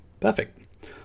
Perfect